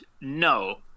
No